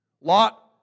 Lot